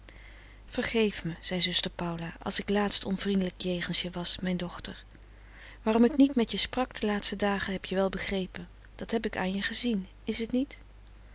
vergeef me zei zuster paula als ik laatst onvriendelijk jegens je was mijn dochter waarom ik niet met je sprak de laatste dagen heb je wel begrepen dat heb ik aan je gezien is t niet